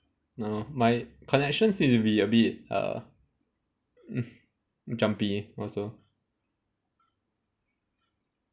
no my connection seems to be a bit uh mm jumpy also